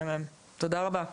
תודה רבה.